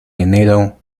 enero